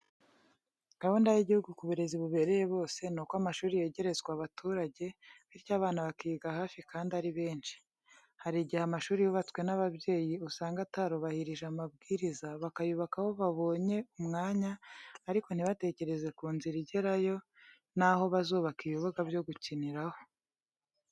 Gahunda y'igihugu ku burezi bubereye bose ni uko amashuri yegerezwa abaturage, bityo abana bakiga hafi kandi ari benshi. Hari igihe amashuri yubatswe n'ababyeyi usanga atarubahirije amabwiriza, bakayubaka aho babonye umwanya ariko ntibatekereze ku nzira iyageraho, naho bazubaka ibibuga byo gukiniraho.